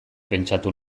pentsatu